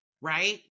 right